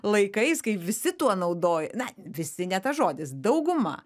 laikais kai visi tuo naudoja na visi ne tas žodis dauguma